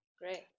great